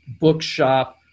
Bookshop